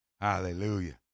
Hallelujah